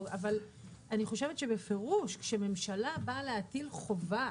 אבל אני חושבת שבפירוש כשממשלה באה להטיל חובה